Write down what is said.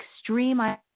Extreme